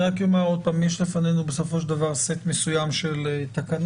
רק אומר עוד פעם: יש לפנינו סט מסוים של תקנות,